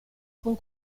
con